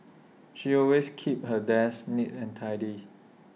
she always keeps her desk neat and tidy